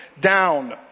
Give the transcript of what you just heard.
down